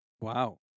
Wow